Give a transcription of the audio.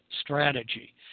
strategy